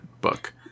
book